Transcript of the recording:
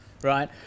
Right